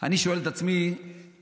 אני שואל את עצמי שאלה: